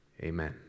Amen